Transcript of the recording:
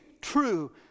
true